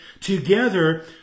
together